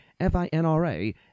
FINRA